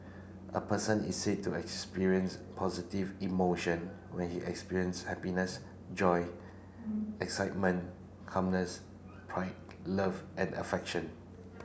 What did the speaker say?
a person is said to experience positive emotion when he experience happiness joy excitement calmness pride love and affection